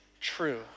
true